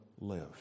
live